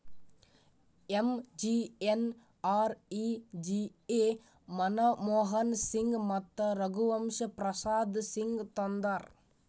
MGNREGA Manmohan Singh ಮತ್ತ ರಘುವಂಶ ಪ್ರಸಾದ್ ಸಿಂಗ್ ತಂದಾರ್